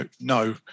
no